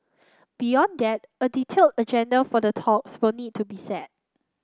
beyond that a detail agenda for the talks will need to be set